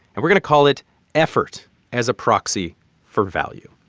and we're going to call it effort as a proxy for value.